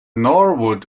norwood